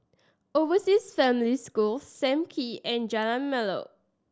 Overseas Family School Sam Kee and Jalan Molek